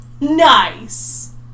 Nice